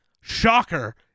Shocker